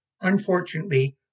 Unfortunately